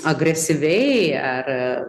agresyviai ar